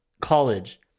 college